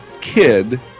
kid